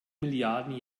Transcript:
milliarden